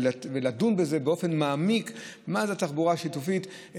ולדון בזה באופן מעמיק: מהי תחבורה שיתופית,